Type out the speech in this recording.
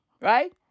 right